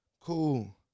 cool